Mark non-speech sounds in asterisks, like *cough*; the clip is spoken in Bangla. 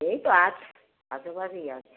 এই তো আজ *unintelligible* আছে